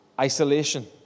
isolation